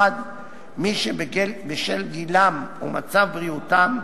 1. מי שבשל גילם או מצב בריאותם,